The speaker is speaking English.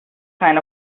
kind